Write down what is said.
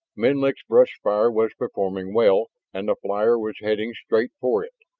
menlik's bush fire was performing well and the flyer was heading straight for it.